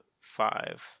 five